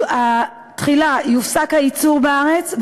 תחילה יופסק הייצור בארץ,